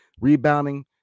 rebounding